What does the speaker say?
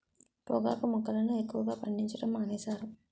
పొగాకు మొక్కలను ఎక్కువగా పండించడం మానేశారు